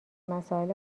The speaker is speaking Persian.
مسائل